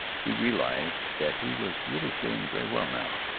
he realized that he was really feeling very well now.